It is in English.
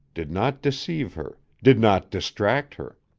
did not deceive her, did not distract her.